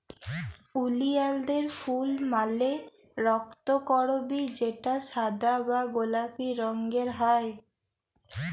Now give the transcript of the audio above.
ওলিয়ালদের ফুল মালে রক্তকরবী যেটা সাদা বা গোলাপি রঙের হ্যয়